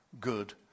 good